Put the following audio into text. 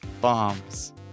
Bombs